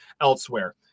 elsewhere